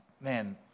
man